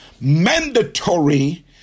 mandatory